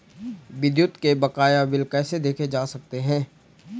विद्युत के बकाया बिल कैसे देखे जा सकते हैं?